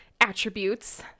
attributes